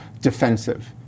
defensive